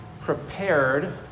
prepared